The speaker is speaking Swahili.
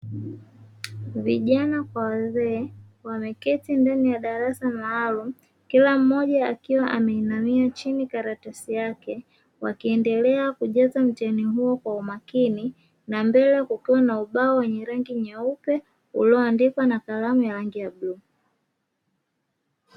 Vijana kwa wazee wameketi ndani ya darasa maalumu kila mmoja ameinamia chini kwenye karatasi yake. Wakiendelea kujaza mtihani huo kwa umakini na mbele kuna ubao wa rangi nyeupe na ulioandikwa na kalamu ya rangi ya bluu.